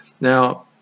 Now